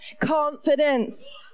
confidence